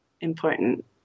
important